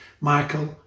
Michael